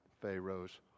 Pharaoh's